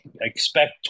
expect